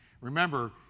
Remember